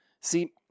See